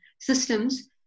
systems